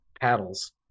paddles